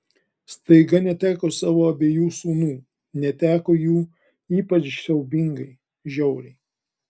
staiga neteko savo abiejų sūnų neteko jų ypač siaubingai žiauriai